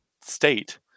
state